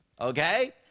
okay